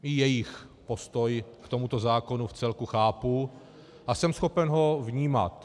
I jejich postoj k tomuto zákonu vcelku chápu a jsem schopen ho vnímat.